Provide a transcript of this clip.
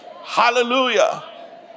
Hallelujah